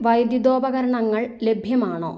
വൈദ്യുതോപകരണങ്ങൾ ലഭ്യമാണോ